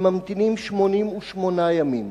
הם ממתינים 88 ימים.